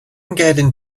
getting